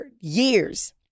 years